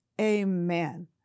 Amen